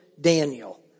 Daniel